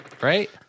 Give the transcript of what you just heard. right